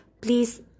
please